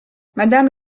madame